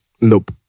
Nope